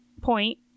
point